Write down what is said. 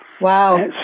Wow